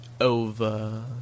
over